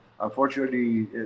unfortunately